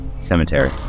Cemetery